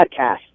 Podcast